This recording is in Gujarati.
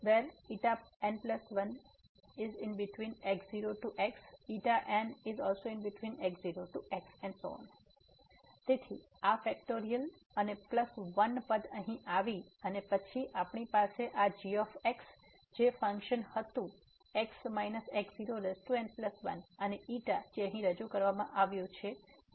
તેથી આ ફેક્ટોરીઅલ અને પ્લસ 1 પદ અહીં આવી અને પછી આપણી પાસે આ g જે ફંક્શન હતું x x0n1 અને ξ જે અહીં રજૂ કરવામાં આવ્યું છે n1